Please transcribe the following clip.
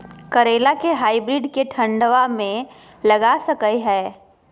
करेला के हाइब्रिड के ठंडवा मे लगा सकय हैय?